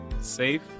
Safe